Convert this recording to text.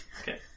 Okay